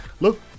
look